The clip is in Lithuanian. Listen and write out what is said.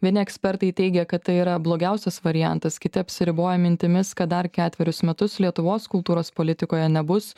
vieni ekspertai teigia kad tai yra blogiausias variantas kiti apsiriboja mintimis kad dar ketverius metus lietuvos kultūros politikoje nebus